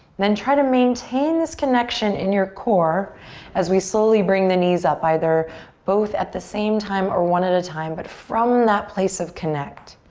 then try to maintain this connection in your core as we slowly bring the knees up, either both at the same time or one at a time but from that place of connect.